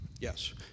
Yes